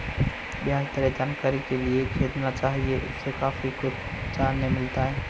ब्याज दरें जानकारी के लिए देखना चाहिए, उससे काफी कुछ जानने मिलता है